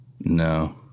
No